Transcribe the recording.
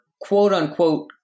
quote-unquote